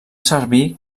servir